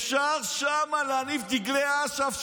אפשר שם להניף דגלי אש"ף,